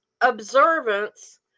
observance